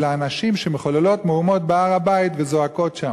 שאלה הנשים שמחוללות מהומות בהר-הבית וזועקות שם.